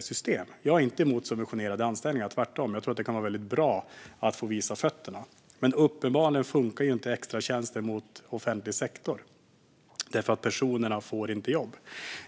system. Jag är inte emot subventionerade anställningar, tvärtom. Jag tror att det kan vara väldigt bra att få visa framfötterna. Men uppenbarligen funkar inte extratjänster gentemot offentlig sektor, för personerna får inte jobb.